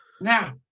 Now